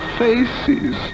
faces